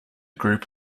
group